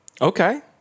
Okay